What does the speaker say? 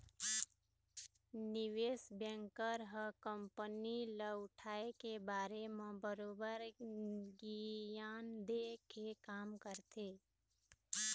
निवेस बेंकर ह कंपनी ल उठाय के बारे म बरोबर गियान देय के काम करथे